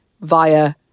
via